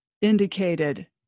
indicated